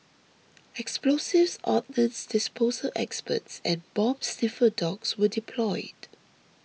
explosives ordnance disposal experts and bomb sniffer dogs were deployed